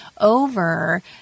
over